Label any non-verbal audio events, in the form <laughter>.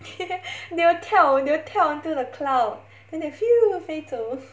<laughs> they will 跳 they will 跳 until the cloud then they <noise> 飞走